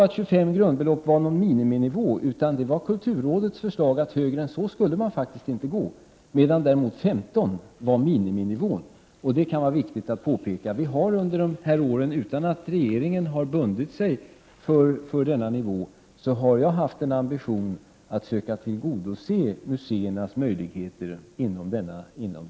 25 grundbelopp var alltså inte något minimibelopp, utan det var kulturrådets förslag att man inte skulle gå högre än så. 15 grundbelopp var enligt förslaget miniminivån. Detta kan vara viktigt att komma ihåg. Under de här åren har jag — utan att regeringen därmed har bundit sig för den nivån — haft ambitionen att söka tillgodose museernas behov inom denna ram.